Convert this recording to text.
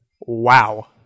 wow